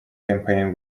campaign